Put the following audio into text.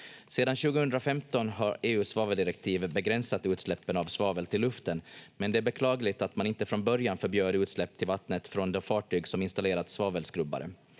Sedan 2015 har EU:s svaveldirektiv begränsat utsläppen av svavel till luften, men det är beklagligt att man inte från början förbjöd utsläpp till vattnet från de fartyg som installerat svavelskrubbare.